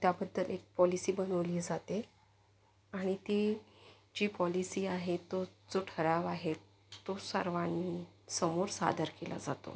त्याबद्दल एक पॉलिसी बनवली जाते आणि ती जी पॉलिसी आहे तो जो ठराव आहे तो सर्वांसमोर सादर केला जातो